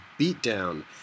Beatdown